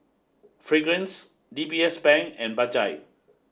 fragrance D B S Bank and Bajaj